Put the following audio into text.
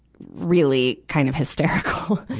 really kind of hysterical.